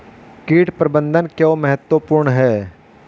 कीट प्रबंधन क्यों महत्वपूर्ण है?